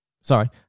Sorry